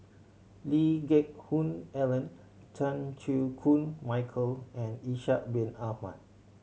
Lee Geck Hoon Ellen Chan Chew Koon Michael and Ishak Bin Ahmad